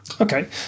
Okay